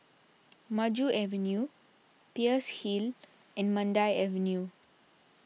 Maju Avenue Peirce Hill and Mandai Avenue